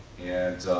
and